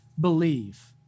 believe